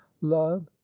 love